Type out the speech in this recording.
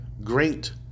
great